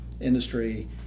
industry